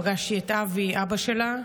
פגשתי את אבי, אבא שלה,